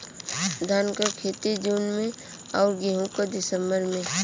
धान क खेती जून में अउर गेहूँ क दिसंबर में?